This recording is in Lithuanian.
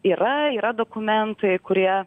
yra yra dokumentai kurie